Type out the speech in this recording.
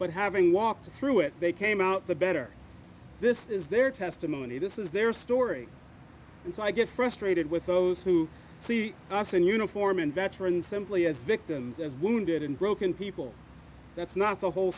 but having walked through it they came out the better this is their testimony this is their story and so i get frustrated with those who see us in uniform and veterans simply as victims as wounded and broken people that's not the whole